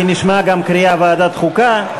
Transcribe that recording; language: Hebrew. כי נשמעה גם קריאה: ועדת החוקה.